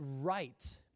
right